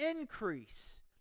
increase